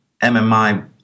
MMI